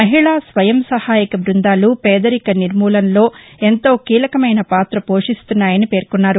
మహిళా స్వయం సహాయక బృందాలు పేదరిక నిర్మూలనలో ఎంతో కీలకమైన పాత పోషిస్తున్నాయని పేర్కొన్నారు